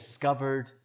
discovered